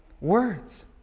Words